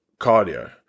cardio